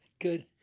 Good